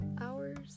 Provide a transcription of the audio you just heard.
hours